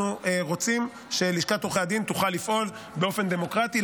אנחנו רוצים שלשכת עורכי הדין תוכל לפעול באופן דמוקרטי,